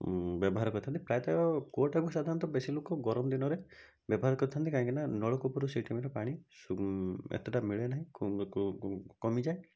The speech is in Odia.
ଉଁ ବ୍ୟବହାର କରିଥିଲେ ପ୍ରାୟତଃ କୂଅଟାକୁ ସାଧାରଣତଃ ବେଶି ଲୋକ ଗରମ ଦିନରେ ବ୍ୟବହାର କରିଥାନ୍ତି କାହିଁକି ନା ନଳକୂପରୁ ସେଇ ଟାଇମରେ ପାଣି ସୁ ଏତେଟା ମିଳେ ନାହିଁ କମି ଯାଏ